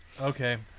okay